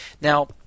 Now